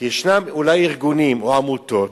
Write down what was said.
כי ישנם אולי ארגונים או עמותות